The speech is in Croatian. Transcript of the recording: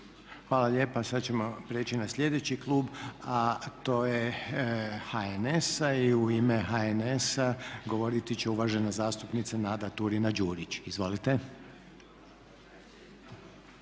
Hvala lijepa. Sad ćemo preći na slijedeći klub, a to je HNS. I u ime HNS-a govoriti će uvažena zastupnica Nada Turina-Đurić. Izvolite.